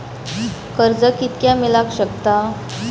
कर्ज कितक्या मेलाक शकता?